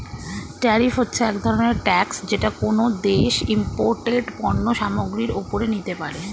tariff হচ্ছে এক ধরনের ট্যাক্স যেটা কোনো দেশ ইমপোর্টেড পণ্য সামগ্রীর ওপরে নিতে পারে